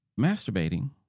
masturbating